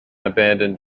abandoned